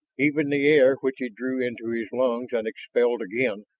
even the air which he drew into his lungs and expelled again,